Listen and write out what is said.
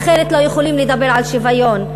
אחרת לא יכולים לדבר על שוויון,